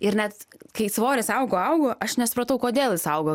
ir net kai svoris augo augo aš nesupratau kodėl jis augo